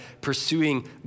pursuing